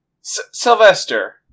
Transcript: Sylvester